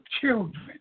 children